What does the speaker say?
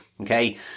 Okay